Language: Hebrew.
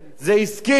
זה עסקי.